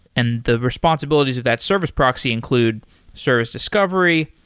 and the responsibilities of that service proxy include service discovery,